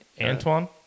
Antoine